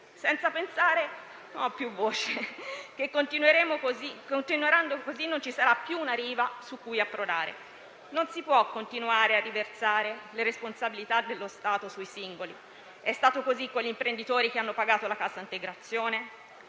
senza pensare che, continuando così, non ci sarà più una riva su cui approdare. Non si può continuare a riversare le responsabilità dello Stato sui singoli; è stato così con gli imprenditori che hanno pagato la cassa integrazione;